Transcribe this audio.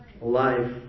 Life